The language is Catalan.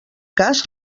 cas